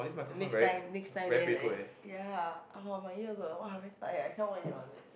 the next time next time then I ya !ah! my ears also !wah! very tired I cannot one eh